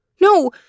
No